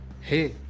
hey